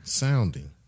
sounding